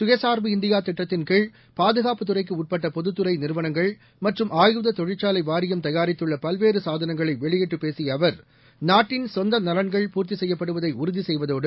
சுயசார்பு இந்தியாதிட்டத்தின்கீழ் பாதுகாப்புத் துறைக்குஉட்பட்டபொதுத்துறைநிறுவனங்கள் மற்றும் ஆயுத தொழிற்சாலைவாரியம் தயாரித்துள்ளபல்வேறுசாதனங்களைவெளியிட்டுப் பேசியஅவர் நாட்டின் சொந்தநலன்கள் பூர்த்திசெய்யப்படுவதைஉறுதிசெய்வதோடு